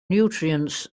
nutrients